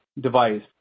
device